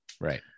Right